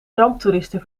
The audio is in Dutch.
ramptoeristen